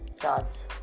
gods